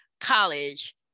college